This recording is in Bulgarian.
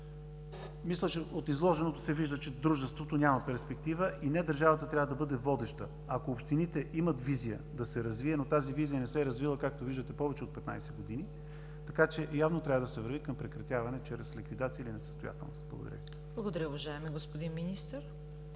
Мисля, че от изложеното се вижда, че Дружеството няма перспектива и не държавата трябва да бъде водеща. Ако общините имат визия да се развие, но тази визия не се е развила, както виждате повече от 15 години, така че явно трябва да се върви към прекратяване чрез ликвидация или несъстоятелност. Благодаря. ПРЕДСЕДАТЕЛ ЦВЕТА КАРАЯНЧЕВА: Благодаря, уважаеми господин Министър.